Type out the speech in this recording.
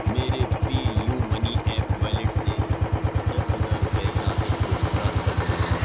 میرے PayUMoney app wallet سے دس ہزار روپئے ناطق کو ٹرانسفر کرو